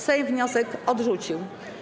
Sejm wniosek odrzucił.